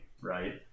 right